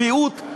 בריאות,